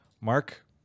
Mark